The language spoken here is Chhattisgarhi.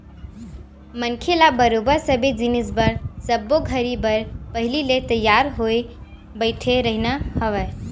मनखे ल बरोबर सबे जिनिस बर सब्बो घरी बर पहिली ले तियार होय बइठे रहिना हवय